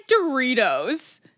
Doritos